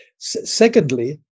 Secondly